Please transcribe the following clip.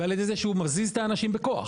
ועל ידי זה שהוא צריך להזיז את האנשים בכוח.